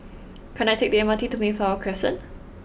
can I take the M R T to Mayflower Crescent